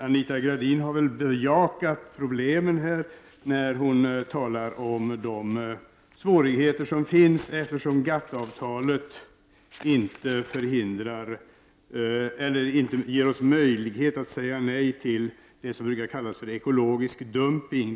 Anita Gradin har väl bejakat problemen när hon talar om de svårigheter som finns eftersom GATT-avtalet inte ger oss möjlighet att säga nej till vad som brukar kallas ekologisk dumpning.